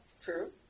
True